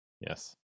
Yes